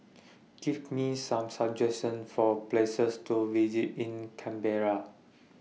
Give Me Some suggestions For Places to visit in Canberra